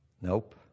Nope